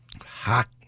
hot